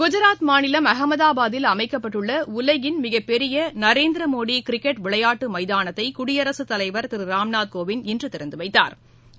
குஜராத் மாநிலம் அகமதாபாத்தில் அமைக்கப்பட்டுள்ளஉலகின் மிகப்பெரியநரேந்திரமோடிகிரிக்கெட் விளையாட்டுமைதானத்தைகுடியரசுத் தலைவா் திருராம்நாத்கோவிந்த் இன்றுதிறந்துவைத்தாா்